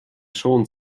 schon